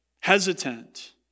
hesitant